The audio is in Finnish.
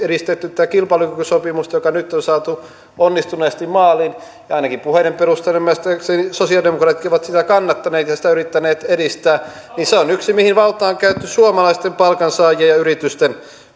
on edistetty tätä kilpailukykysopimusta joka nyt on saatu onnistuneesti maaliin ja ainakin puheiden perusteella ymmärtääkseni sosialidemokraatit ovat sitä kannattaneet ja sitä yrittäneet edistää se on yksi asia mihin valtaa on käytetty suomalaisten palkansaajien ja yritysten